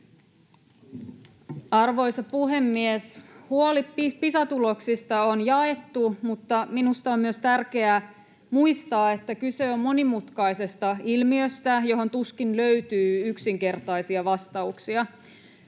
Arvoisa puhemies! Huoli Pisa-tuloksista on jaettu, mutta minusta on myös tärkeää muistaa, että kyse on monimutkaisesta ilmiöstä, johon tuskin löytyy yksinkertaisia vastauksia.